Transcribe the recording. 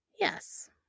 yes